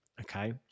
okay